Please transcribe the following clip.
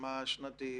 ומה שנתי?